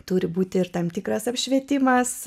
turi būti ir tam tikras apšvietimas